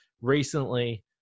recently